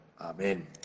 Amen